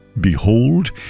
behold